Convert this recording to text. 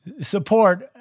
support